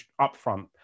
upfront